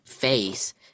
face